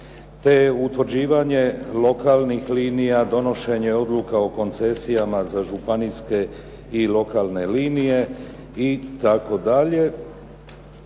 te utvrđivanje lokalnih linija, donošenja odluka o koncesijama za županijske i lokalne linije itd.